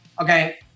Okay